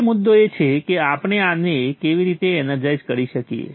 હવે મુદ્દો એ છે કે આપણે આને કેવી રીતે એનર્જાઇઝ કરી શકીએ